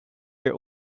your